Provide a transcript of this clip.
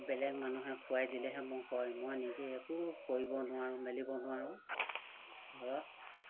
বেলেগ মানুহে খুৱাই দিলেহে মই হয় মই নিজে একো কৰিব নোৱাৰোঁ মেলিব নোৱাৰোঁ ঘৰত